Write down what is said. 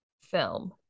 film